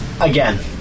again